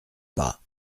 pas